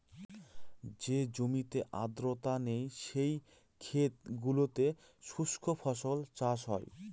যে জমিতে আর্দ্রতা নেই, সেই ক্ষেত গুলোতে শুস্ক ফসল চাষ হয়